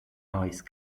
ice